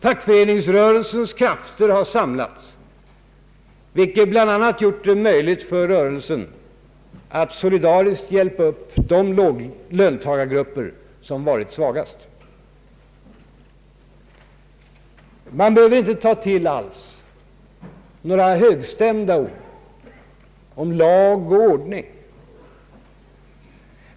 Fackföreningsrörelsernas krafter har samlats, vilket bl.a. gjort det möjligt för rörelsen att solidariskt hjälpa upp de löntagargrupper som varit svagast. Man behöver inte alls ta till några högstämda ord om lag och ordning.